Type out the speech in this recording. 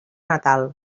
natal